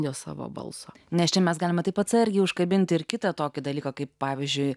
jos savo balso nes čia mes galima taip atsargiai užkabinti ir kitą tokį dalyką kaip pavyzdžiui